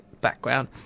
background